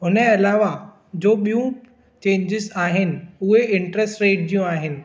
उन जे अलावा जो ॿियूं चेंजिस आहिनि उहे इंट्रेस्ट रेट जूं आहिनि